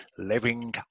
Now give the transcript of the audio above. Living